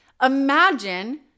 Imagine